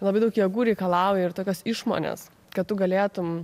labai daug jėgų reikalauja ir tokios išmonės kad tu galėtum